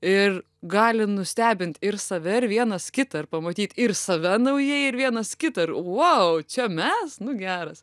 ir gali nustebint ir save ir vienas kitą ir pamatyt ir save naujai ir vienas kitą ir vou čia mes nu geras